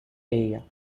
area